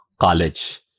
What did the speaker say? college